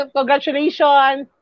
Congratulations